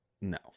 No